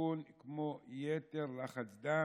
סיכון כמו יתר לחץ דם,